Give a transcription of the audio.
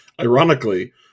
ironically